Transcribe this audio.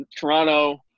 Toronto